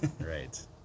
right